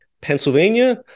Pennsylvania